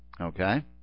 Okay